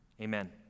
amen